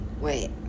wait